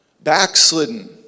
backslidden